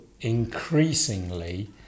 increasingly